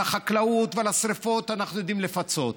על החקלאות ועל השרפות אנחנו יודעים לפצות,